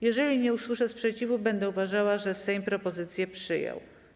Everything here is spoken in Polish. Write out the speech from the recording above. Jeżeli nie usłyszę sprzeciwu, będę uważała, że Sejm propozycję przyjął.